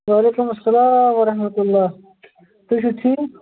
وعلیکُم اَسَلام وَرَحمَتہُ اللہ تُہۍ چھو ٹھیٖک